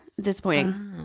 disappointing